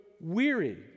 weary